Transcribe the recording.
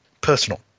personal